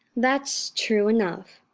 that's true enough.